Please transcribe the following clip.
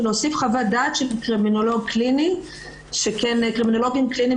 להוסיף חוות דעת של קרימינולוג קליני שכן קרימינולוגים קליניים